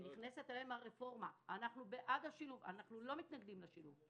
כשנכנסת אליהם הרפרומה אנחנו לא מתנגדים לשילוב,